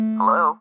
Hello